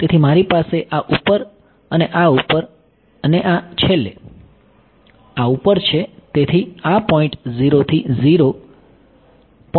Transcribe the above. તેથી મારી પાસે આ ઉપર આ ઉપર આ ઉપર આ ઉપર અને છેલ્લે આ ઉપર છે